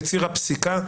יציר הפסיקה,